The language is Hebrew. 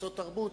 קבוצות תרבות,